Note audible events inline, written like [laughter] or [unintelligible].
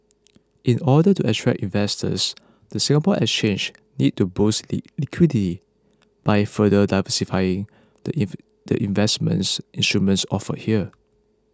in order to attract investors the Singapore Exchange needs to boost [unintelligible] liquidity by further diversifying the if the investment instruments offered here